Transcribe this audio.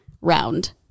round